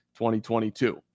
2022